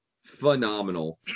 phenomenal